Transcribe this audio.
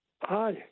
Hi